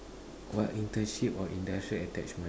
what internship or industrial attachment